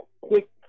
quick